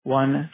one